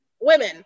women